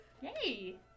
Yay